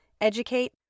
educate